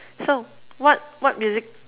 so what what music